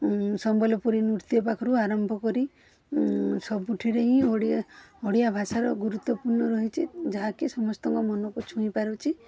ସମ୍ବଲପୁରୀ ନୃତ୍ୟ ପାଖରୁ ଆରମ୍ଭ କରି ସବୁଠିରେ ହିଁ ଓଡ଼ିଆ ଓଡ଼ିଆ ଭାଷାର ଗୁରୁତ୍ୱପୂର୍ଣ୍ଣ ରହିଛି ଯାହା କି ସମସ୍ତଙ୍କ ମନକୁ ଛୁଇଁ ପାରୁଛି